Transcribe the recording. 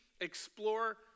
explore